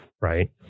Right